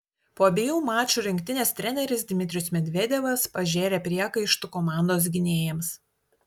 po abiejų mačų rinktinės treneris dmitrijus medvedevas pažėrė priekaištų komandos gynėjams